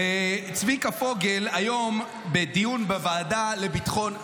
וצביקה פוגל היום בדיון בוועדה לביטחון,